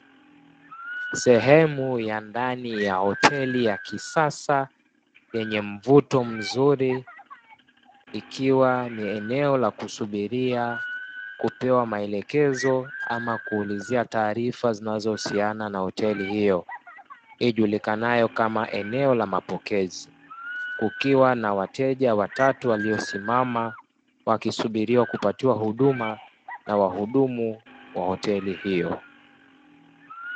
Sehemu ya ndani ya hoteli ya kisasa yenye mvuto mzuri, ikiwa ni eneo la kusubiria, kupewa maelekezo ama kuulizia taarifa zinazohusiana na hoteli hiyo, ijulikanayo kama eneo la mapokezi, kukiwa na wateja watatu waliosimama wakisubiria kupatiwa huduma na wahudumu wa hoteli hiyo.